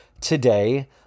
today